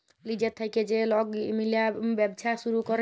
লিজের থ্যাইকে যে লক মিলে ব্যবছা ছুরু ক্যরে